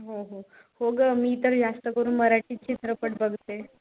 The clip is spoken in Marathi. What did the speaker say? हो हो हो गं मी तर जास्त करून मराठी चित्रपट बघते